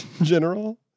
general